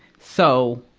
so,